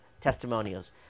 testimonials